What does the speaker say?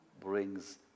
brings